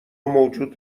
موجود